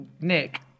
Nick